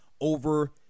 over